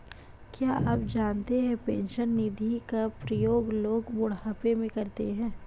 क्या आप जानते है पेंशन निधि का प्रयोग लोग बुढ़ापे में करते है?